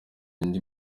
andi